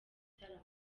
gitaramo